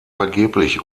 vergeblich